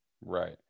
Right